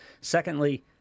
Secondly